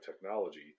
technology